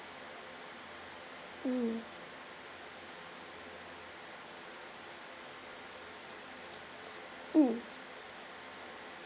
mm mm